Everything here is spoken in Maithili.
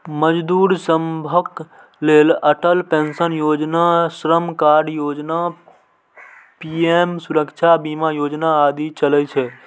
मजदूर सभक लेल Atal pension Yojana, Shram card Yojana, PM Suraksha Bima Yojana आदि चलै छै